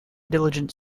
diligent